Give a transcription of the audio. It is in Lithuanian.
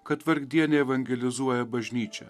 kad vargdieniai evangelizuoja bažnyčią